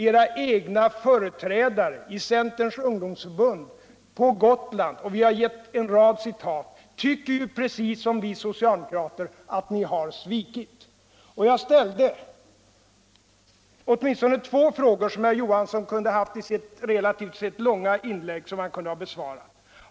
Fra ecena företrädare inom Centerns ungdomsförbund, på Gotland — vi har givit en rad eitat — tvcker precis som vi socialdemokrater, att ni har svikit. Jag ställde ätminstone två frågor som herr Johansson kunde ha besvarat i sitt relativi länga inlägg.